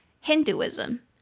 Hinduism